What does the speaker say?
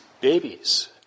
babies